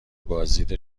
بازدید